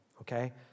okay